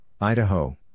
Idaho